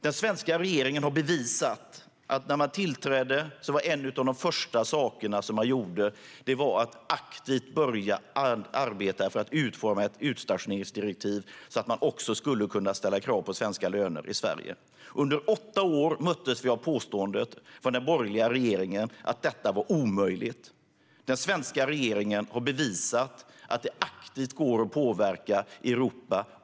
Den svenska regeringen har bevisat detta: När man tillträdde var en av de första saker man gjorde att aktivt börja arbeta för att utforma ett utstationeringsdirektiv, så att man skulle kunna ställa krav på svenska löner i Sverige. Under åtta år möttes vi av påståenden från den borgerliga regeringen om att detta var omöjligt. Men den svenska regeringen har bevisat att det aktivt går att påverka Europa.